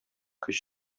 көч